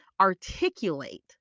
articulate